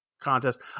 contest